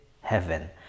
heaven